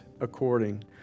according